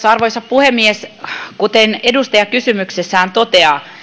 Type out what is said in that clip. arvoisa puhemies kuten edustaja kysymyksessään toteaa